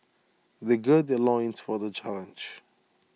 they gird their loins for the challenge